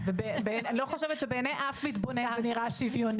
אני לא חושבת שבעיני אף מתבונן זה נראה שוויוני.